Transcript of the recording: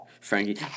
Frankie